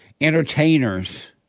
entertainers